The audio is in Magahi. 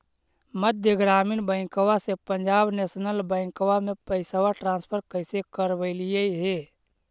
मध्य ग्रामीण बैंकवा से पंजाब नेशनल बैंकवा मे पैसवा ट्रांसफर कैसे करवैलीऐ हे?